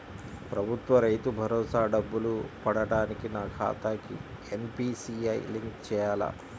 ప్రభుత్వ రైతు భరోసా డబ్బులు పడటానికి నా ఖాతాకి ఎన్.పీ.సి.ఐ లింక్ చేయాలా?